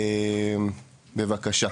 בבקשה.